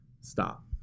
stop